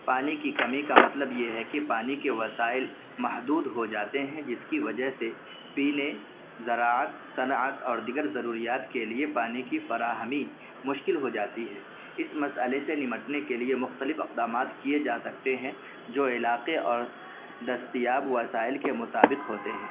پانی کی کمی کا مطلب یہ ہے کہ پانی کے وسائل محدود ہو جاتے ہیں جس کی وجہ سے پینے زراعت صنعت اور دگر ضروریات کے لیے پانی کی فراہمی مشکل ہو جاتی ہے اس مسئلے سے نمٹنے کے لیے مختلف اقدامات کیے جا سکتے ہیں جو علاقے اور دستیاب وسائل کے مطابق ہوتے ہیں